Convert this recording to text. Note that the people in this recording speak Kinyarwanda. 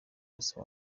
gusa